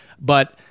but-